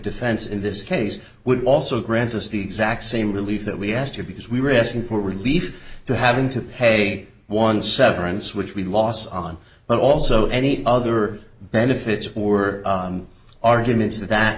defense in this case would also grant us the exact same relief that we asked you because we were asking for relief to having to pay one severance which we lost on but also any other benefits or arguments that th